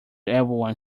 everyone